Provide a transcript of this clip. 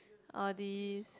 all these